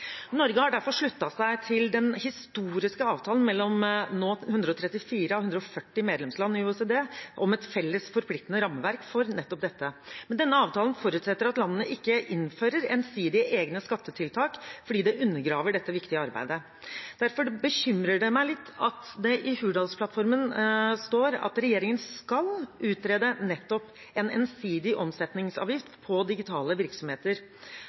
Norge har derfor sluttet seg til den historiske avtalen mellom nå 134 av 140 medlemsland i OECD om et felles forpliktende rammeverk for nettopp dette, men denne avtalen forutsetter at landene ikke innfører ensidige, egne skattetiltak, fordi det undergraver dette viktige arbeidet. Derfor bekymrer det meg litt at det i Hurdalsplattformen står at regjeringen skal utrede nettopp en ensidig omsetningsavgift på digitale virksomheter.